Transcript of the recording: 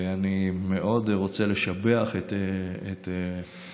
ואני מאוד רוצה לשבח את הוועדה,